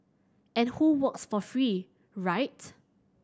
and who works for free right